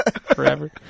Forever